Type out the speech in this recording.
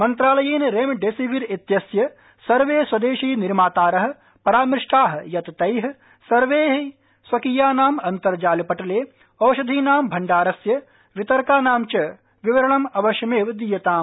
मन्त्रालयेन रेमडेसिवर इत्यस्य सर्वे स्वदेशी निर्मातारः परामृष्टाः यत् तैः सर्वैः स्वकीयानाम् अन्तर्जालपटले ओषधीनां भण्डारस्य वितरकानां च विवरणम् अवश्यमेव दीयताम्